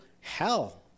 hell